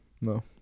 No